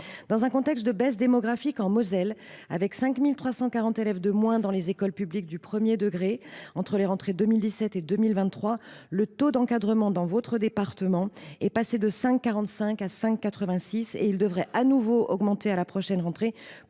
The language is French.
dans un contexte de baisse démographique – 5 340 élèves en moins dans les écoles publiques du premier degré entre les rentrées 2017 et 2023 –, le taux d’encadrement est passé de 5,45 à 5,86. Il devrait de nouveau augmenter à la prochaine rentrée